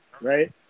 right